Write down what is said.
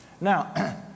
Now